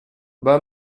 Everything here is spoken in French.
ben